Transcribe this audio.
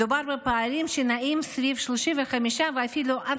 מדובר בפערים שנעים סביב 35% ואפילו עד